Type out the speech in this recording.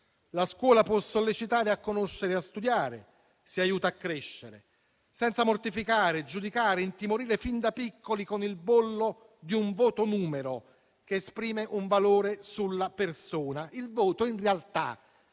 La scuola può sollecitare a conoscere e a studiare, se aiuta a crescere senza mortificare, giudicare ed intimorire fin da piccoli, con il bollo di un voto numerico che esprime un valore sulla persona. Il voto, in realtà, è soltanto